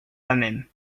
thummim